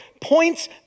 points